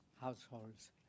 households